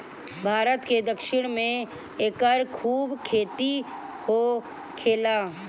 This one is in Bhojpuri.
भारत के दक्षिण में एकर खूब खेती होखेला